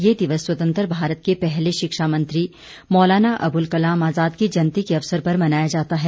ये दिवस स्वतंत्र भारत के पहले शिक्षा मंत्री मौलाना अबुल कलाम आजाद की जयंती के अवसर पर मनाया जाता है